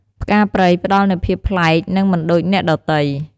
ផ្កាព្រៃផ្តល់នូវ ភាពប្លែក និងមិនដូចអ្នកដទៃ។